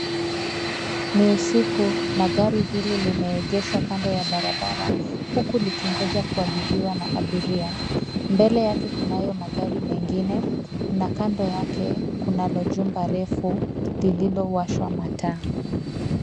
Ni usiku na gari hili limeegeshwa kando ya barabara huku likingoja kuabiriwa na abiria. Mbele yake kunayo magari mengine na kando yake kunalo jumba refu lililowashwa mataa.